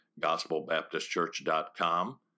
gospelbaptistchurch.com